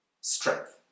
Strength